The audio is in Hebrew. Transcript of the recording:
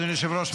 אדוני היושב-ראש,